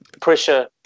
pressure